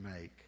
make